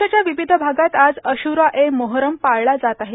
देशाच्या विविध भागात आज अशूरा ए मोहरम पाळला जात आहे